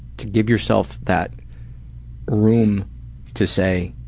to give yourself that room to say